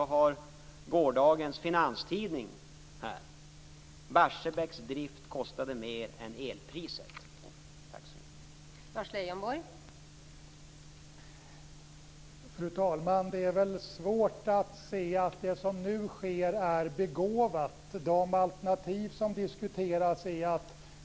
Jag har Finanstidningen från i går här. Barsebäcks drift kostade mer än elpriset, står